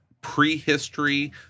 prehistory